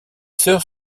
sœurs